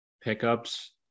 pickups